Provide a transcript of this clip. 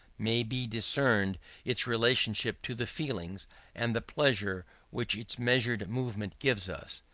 may be discerned its relationship to the feelings and the pleasure which its measured movement gives us,